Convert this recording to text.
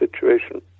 situation